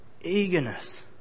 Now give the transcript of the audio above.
eagerness